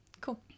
Cool